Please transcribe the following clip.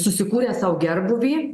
susikūrę sau gerbūvį